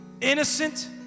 innocent